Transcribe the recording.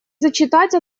зачитать